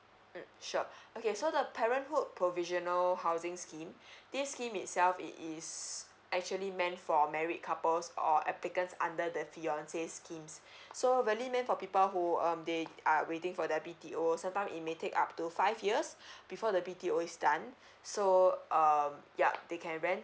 mm sure okay so the parenthood provisional housing scheme this scheme itself it is actually meant for married couples or applicants under the fiance schemes so really meant for people who um they are waiting for the B T O sometime it may take up to five years before the B T O is done so um yup they can rent